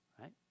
Right